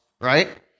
right